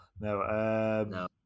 No